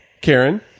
Karen